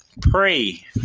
Pray